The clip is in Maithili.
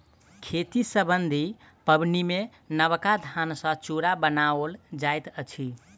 खेती सम्बन्धी पाबनिमे नबका धान सॅ चूड़ा बनाओल जाइत अछि